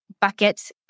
bucket